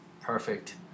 Perfect